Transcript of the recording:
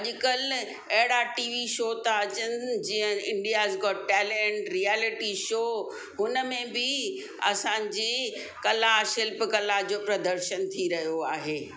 अॼुकल्ह अहिड़ा TV show था अचनि जीअं India's got talent reality show उनमें बि असांजी कला शिल्प कला जो प्रदर्शन थी रहियो आहे